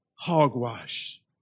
Hogwash